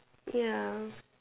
ya